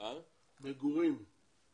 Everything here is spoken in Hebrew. ברגע